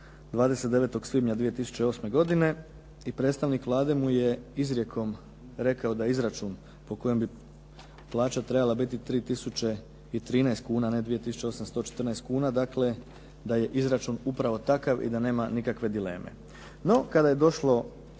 29. svibnja 2008. godine i predstavnik Vlade mu je izrijekom rekao da izračun po kojem bi plaća trebala biti 3 tisuće i 13 kuna, a ne 2 tisuće 814 kuna, dakle da je izračun upravo takav i da nema nikakve dileme. No, kada je došlo